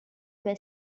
were